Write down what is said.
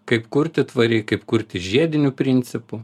kaip kurti tvariai kaip kurti žiediniu principu